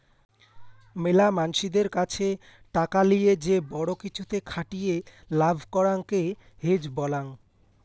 মেলা মানসিদের কাছে টাকা লিয়ে যে বড়ো কিছুতে খাটিয়ে লাভ করাঙকে হেজ বলাং